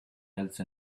else